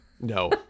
No